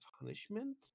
Punishment